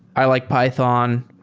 i like python.